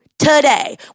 today